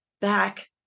back